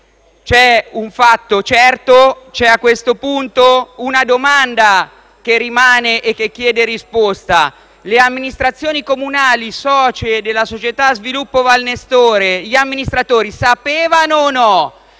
C'è un fatto certo e, a questo punto, c'è una domanda che rimane e che chiede risposta: le amministrazioni comunali socie della società Sviluppo Valnestore e gli amministratori sapevano o no?